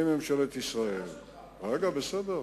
בסדר,